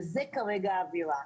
וזו כרגע האווירה.